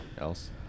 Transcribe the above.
else